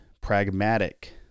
pragmatic